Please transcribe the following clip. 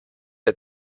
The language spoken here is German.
der